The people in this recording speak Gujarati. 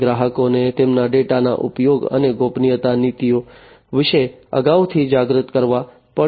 અને ગ્રાહકોને તેમના ડેટાના ઉપયોગ અને ગોપનીયતા નીતિઓ વિશે અગાઉથી જાગૃત કરવા પડશે